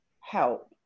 help